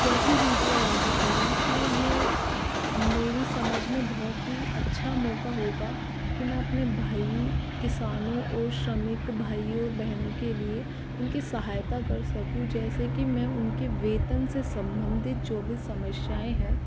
कैसी नीतियाँ लागू करूँ तो ये मेरी समझ में बहुत ही अच्छा मौका होगा कि मैं अपने भाई किसानों और श्रमिक भाइयों और बहनों के लिए उनकी सहायता कर सकूँ जैसे की मैं उनके वेतन से संबंधित जो भी समस्याएँ है